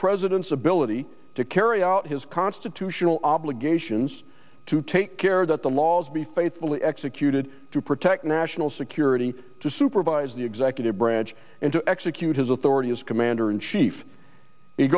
president's ability to carry out his institutional obligations to take care that the laws be faithfully executed to protect national security to supervise the executive branch and to execute his authority as commander in chief he